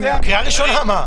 בקריאה הראשונה.